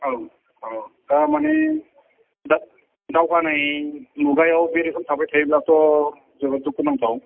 औ औ दामानि दा दावगानाय मुगायाव बे रोखोम थाबाय थायोब्लाथ' जोबोर दुखुनांथाव